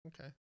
okay